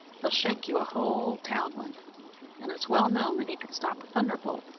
he'll shake you a whole townland and it's well known that he can stop a thunderbolt,